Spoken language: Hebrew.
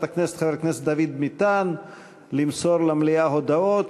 הכנסת חבר הכנסת דוד ביטן למסור למליאה הודעות.